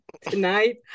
tonight